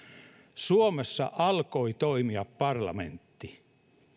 suomessa alkoi toimia parlamentti